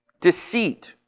deceit